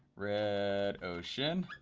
red ocean,